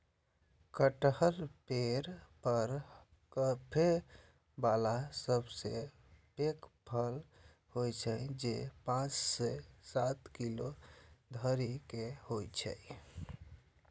कटहल वृक्ष पर फड़ै बला सबसं पैघ फल होइ छै, जे पांच सं सात किलो धरि के होइ छै